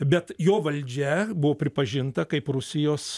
bet jo valdžia buvo pripažinta kaip rusijos